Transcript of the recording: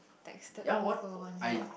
texted her for one week